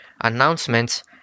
announcements